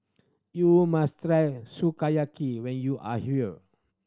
you must try Sukiyaki when you are here